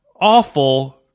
awful